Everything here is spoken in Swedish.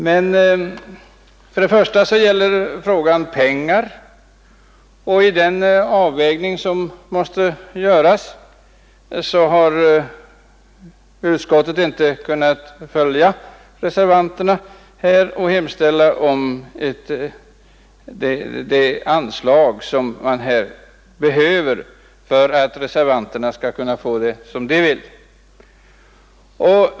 Men för det första gäller frågan pengar, och vid den avvägning som måste göras har utskottet inte kunnat tillstyrka det anslag som reservanterna anser vara nödvändigt.